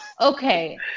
Okay